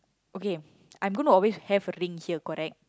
okay I'm gonna always have a ring here correct